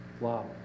wow